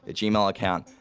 ah gmail account,